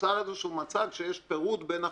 נוצר איזשהו מצג שיש פירוד בין החקלאים.